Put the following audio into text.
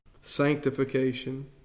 sanctification